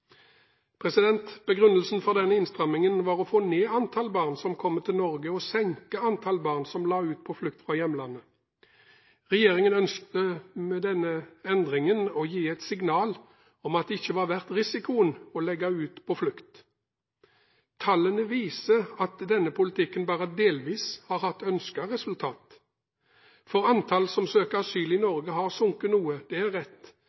Begrunnelsen for denne innstrammingen var å få ned antallet barn som kommer til Norge, og senke antallet barn som la ut på flukt fra hjemlandet. Regjeringen ønsket med denne endringen å gi et signal om at det ikke var verdt risikoen å legge ut på flukt. Tallene viser at denne politikken bare delvis har hatt ønsket resultat. Antallet som søker asyl i Norge, har sunket noe, det er rett,